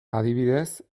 adibidez